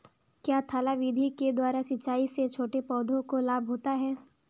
क्या थाला विधि के द्वारा सिंचाई से छोटे पौधों को लाभ होता है?